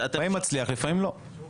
לפעמים מצליח, לפעמים לא.